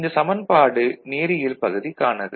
இந்த சமன்பாடு நேரியல் பகுதிக்கானது